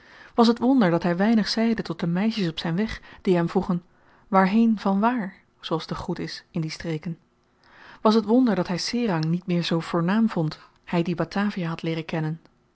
was t wonder dat hy weinig zeide tot de meisjes op zyn weg die hem vroegen waarheen vanwaar zooals de groet is in die streken was t wonder dat hy serang niet meer zoo voornaam vond hy die batavia had leeren kennen